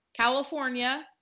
California